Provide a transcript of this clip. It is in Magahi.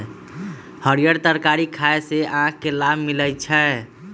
हरीयर तरकारी खाय से आँख के लाभ मिलइ छै